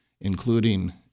including